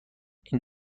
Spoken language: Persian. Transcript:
این